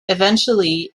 eventually